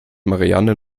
marianne